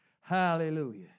Hallelujah